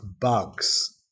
bugs